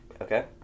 Okay